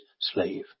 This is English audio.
slave